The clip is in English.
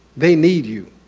they need you.